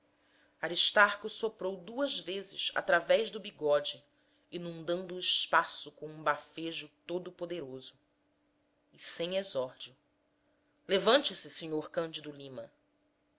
aristarco soprou duas vezes através do bigode inundando o espaço com um bafejo de todopoderoso e sem exórdio levante-se sr cândido lima